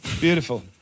Beautiful